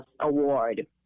Award